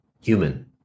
human